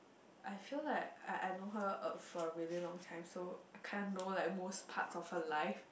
I feel like I I know her uh for really long time so kind know like worst part of her life